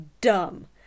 dumb